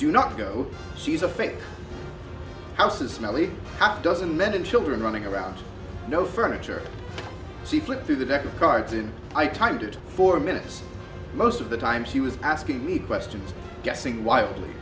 do not go she's a fake house a smelly half dozen men and children running around no furniture she flipped through the deck of cards and i timed it four minutes most of the time she was asking me questions guessing wildly